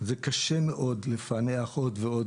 וקשה מאוד לפענח עוד ועוד